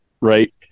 Right